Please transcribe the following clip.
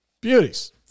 beauties